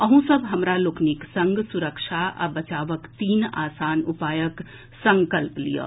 अहूँ सभ हमरा लोकनि संग सुरक्षा आ बचावक तीन आसान उपायक संकल्प लियऽ